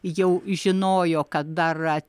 jau žinojo kad dar